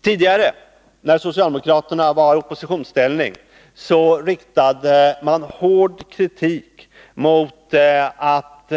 Tidigare, när socialdemokraterna var i oppositionsställning, riktade de hård kritik mot att